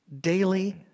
Daily